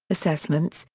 assessments,